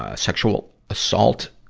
ah sexual assault.